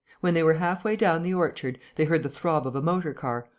when they were halfway down the orchard, they heard the throb of a motor-car,